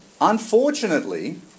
Unfortunately